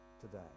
today